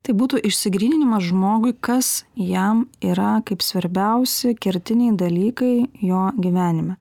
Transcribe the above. tai būtų išsigryninimas žmogui kas jam yra kaip svarbiausi kertiniai dalykai jo gyvenime